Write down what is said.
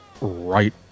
right